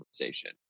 conversation